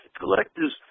collectors